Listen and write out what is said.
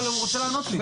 אבל הוא רוצה לענות לי.